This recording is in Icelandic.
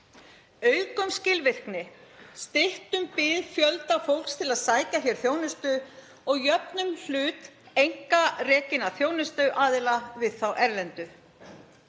Aukum skilvirkni, styttum bið fjölda fólks til að sækja hér þjónustu og jöfnum hlut einkarekinna þjónustuaðila við þá erlendu.